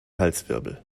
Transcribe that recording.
halswirbel